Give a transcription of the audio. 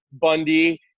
Bundy